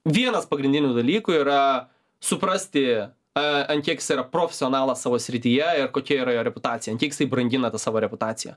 vienas pagrindinių dalykų yra suprasti ant kiek save profesionalą savo srityje kokia yra jo reputacija ant kiek jisai brangina tą savo reputaciją